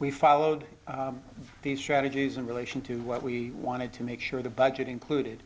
we followed these strategies in relation to what we wanted to make sure the budget included